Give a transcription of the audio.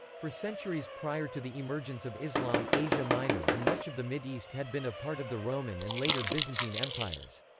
for centuries prior to the emergence of islam, asia minor and much of the mid east had been a part of the roman and later byzantine empires.